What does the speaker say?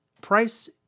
price